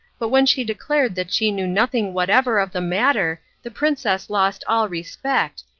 but when she declared that she knew nothing whatever of the matter the princess lost all respect,